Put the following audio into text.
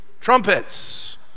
Trumpets